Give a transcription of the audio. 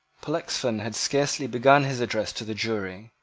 pollexfen had scarcely begun his address to the jury,